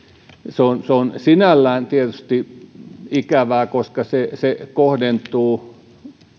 se on se on sinällään tietysti ikävää koska se se kohdentuu